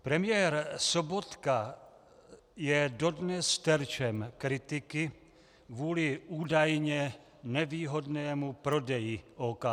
Premiér Sobotka je dodnes terčem kritiky kvůli údajně nevýhodnému prodeji OKD.